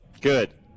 Good